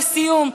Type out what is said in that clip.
לסיום,